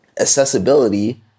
accessibility